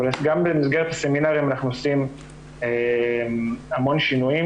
אבל גם במסגרת הסמינרים אנחנו עושים המון שינויים,